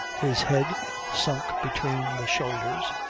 his head sunk between the shoulders,